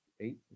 eight